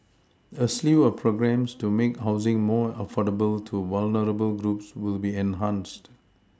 a slew of programmes to make housing more affordable to vulnerable groups will be enhanced